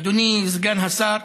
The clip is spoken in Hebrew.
אדוני סגן השר,